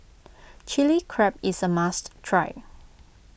Chili Crab is a must try